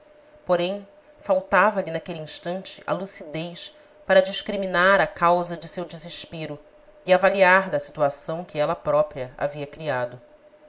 porém faltava-lhe naquele instante a lucidez para discriminar a causa de seu desespero e avaliar da situação que ela própria havia criado